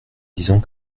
disant